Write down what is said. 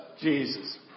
Jesus